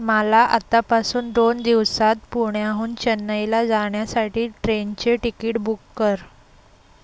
मला आतापासून दोन दिवसात पुण्याहून चेन्नईला जाण्यासाठी ट्रेनचे टिकीट बुक कर